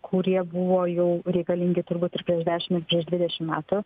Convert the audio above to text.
kurie buvo jau reikalingi turbūt ir prieš dešim ir prieš dvidešim metų